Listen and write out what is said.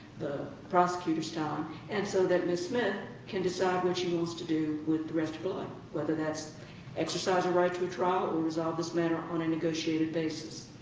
the prosecutor's time, and so that ms. smith can decide what she wants to do with the rest of her life, whether that's exercise the right to a trial or resolve this matter on a negotiated basis.